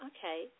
Okay